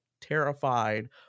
terrified